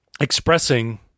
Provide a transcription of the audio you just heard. expressing